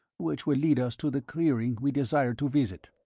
which would lead us to the clearing we desired to visit.